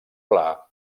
pla